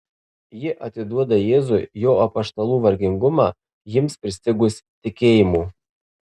ji atiduoda jėzui jo apaštalų vargingumą jiems pristigus tikėjimo